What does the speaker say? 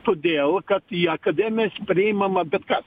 todėl kad į akademijas priimama bet kas